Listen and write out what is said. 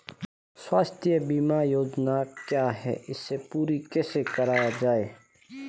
स्वास्थ्य बीमा योजना क्या है इसे पूरी कैसे कराया जाए?